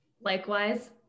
Likewise